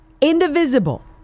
indivisible